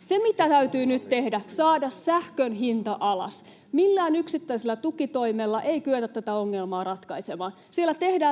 Se, mitä täytyy nyt tehdä, on saada sähkön hinta alas. Millään yksittäisellä tukitoimella ei kyetä tätä ongelmaa ratkaisemaan.